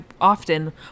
often